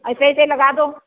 ऐसे ऐसे लगा दो